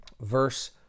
verse